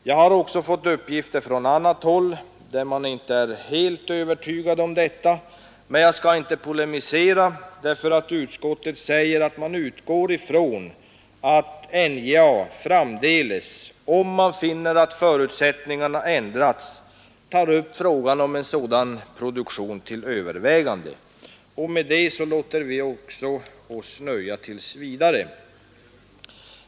Jag har också fått uppgifter från annat håll, där man inte är helt övertygad om detta, men jag skall inte polemisera eftersom utskottet säger att det utgår ifrån att NJA framdeles, om man finner att förutsättningarna har ändrats, tar upp frågan om en sådan produktion till övervägande. Med det låter vi oss också nöja tills vidare.